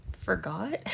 forgot